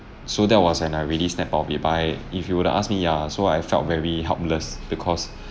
so that was when I really snapped out of it but I if you were to ask me ya so I felt very helpless because